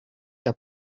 que